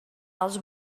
els